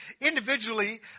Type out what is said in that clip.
individually